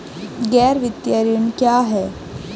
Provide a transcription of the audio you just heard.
गैर वित्तीय ऋण क्या है?